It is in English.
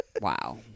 Wow